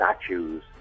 statues